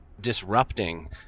disrupting